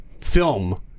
film